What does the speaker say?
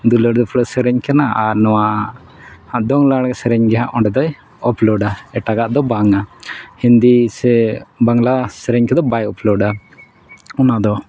ᱫᱩᱞᱟᱹᱲ ᱫᱩᱯᱞᱟᱹᱲ ᱥᱮᱨᱮᱧ ᱠᱟᱱᱟ ᱟᱨ ᱱᱚᱣᱟ ᱫᱚᱝ ᱞᱟᱜᱽᱬᱮ ᱥᱮᱨᱮᱧ ᱜᱮᱦᱟᱸᱜ ᱚᱸᱰᱮᱫᱚᱭ ᱟᱯᱞᱳᱰᱟ ᱮᱴᱟᱜᱟᱜ ᱫᱚ ᱵᱟᱝᱼᱟ ᱦᱤᱱᱫᱤ ᱥᱮ ᱵᱟᱝᱞᱟ ᱥᱮᱨᱮᱧ ᱠᱚᱫᱚ ᱵᱟᱭ ᱟᱯᱞᱳᱰᱟ ᱚᱱᱟᱫᱚ